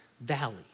valley